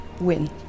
win